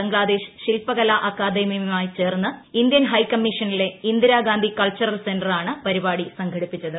ബംഗ്ലാദേശ് ശില്പകല അക്കാദമിയുമായി ചേർന്ന് Indian high കമ്മീഷനിലെ Indira Gandhi cultural centre ആണ് പരിപാടി സംഘടിപ്പിച്ചത്